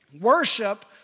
Worship